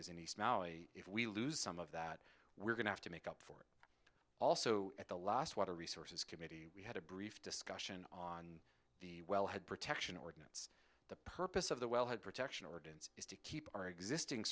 is any smelly if we lose some of that we're going to have to make up also at the last water resources committee we had a brief discussion on the wellhead protection ordinance the purpose of the wellhead protection ordinance is to keep our existing